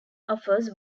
offers